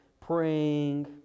praying